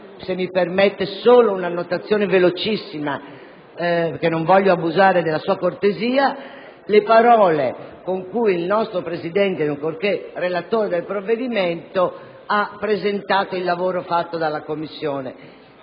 me lo permette, un'altra annotazione velocissima, perché non voglio abusare della sua cortesia, richiamando le parole con cui il nostro Presidente, ancorché relatore del provvedimento, ha presentato il lavoro fatto dalla Commissione,